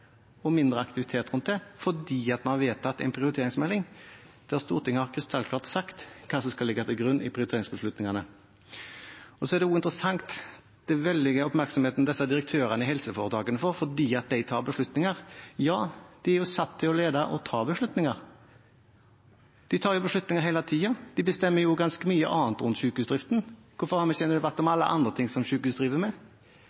og mindre aktivitet rundt det, fordi vi har vedtatt en prioriteringsmelding der Stortinget krystallklart har sagt hva som skal ligge til grunn for prioriteringsbeslutningene. Så er også den store oppmerksomheten direktørene i helseforetakene får fordi de tar beslutninger, interessant. De er jo satt til å lede og ta beslutninger! De tar jo beslutninger hele tiden! De bestemmer ganske mye annet rundt sykehusdriften. Hvorfor har vi ikke en debatt om